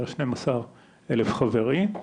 בערך 12 אלף חברים.